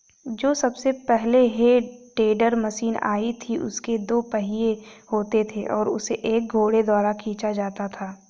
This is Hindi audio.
जो सबसे पहले हे टेडर मशीन आई थी उसके दो पहिये होते थे और उसे एक घोड़े द्वारा खीचा जाता था